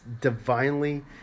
divinely